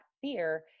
fear